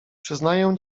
przyznaję